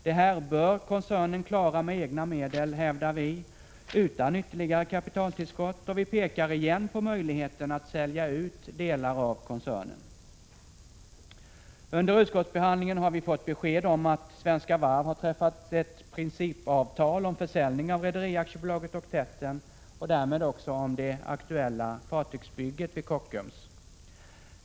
Det här bör koncernen klara med egna medel och utan ytterligare kapitaltillskott, hävdar vi, och pekar igen på möjligheten att sälja ut delar av koncernen. Under utskottsbehandlingen har vi fått besked om att Svenska Varv har träffat ett principavtal om försäljning av Rederi AB Oktetten och därmed också det aktuella fartygsbygget vid Kockums.